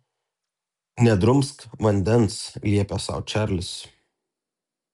nedrumsk vandens liepė sau čarlis